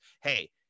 hey